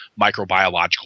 microbiological